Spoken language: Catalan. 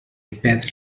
perdre